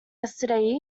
yesterday